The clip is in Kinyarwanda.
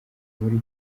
muri